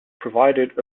provided